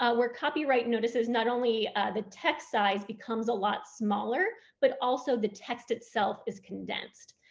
ah where copyright notices not only the text size becomes a lot smaller, but also the text itself is condensed,